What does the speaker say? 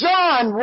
John